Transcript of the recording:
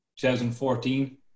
2014